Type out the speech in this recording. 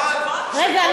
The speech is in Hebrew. חבל שכל הצעירים, רגע.